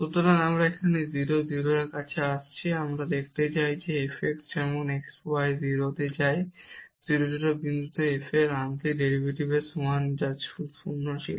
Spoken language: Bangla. সুতরাং আমরা 0 0 এর কাছে আসছি আমরা দেখতে চাই যে f x যেমন x y 0 তে যায় 0 0 বিন্দুতে f এর আংশিক ডেরিভেটিভের সমান যা 0 ছিল